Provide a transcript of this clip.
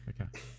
Okay